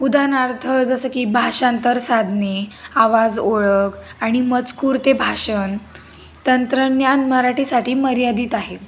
उदाहरणार्थ जसं की भाषांतर साधने आवाज ओळख आणि मजकूर ते भाषण तंत्रज्ञान मराठीसाठी मर्यादित आहे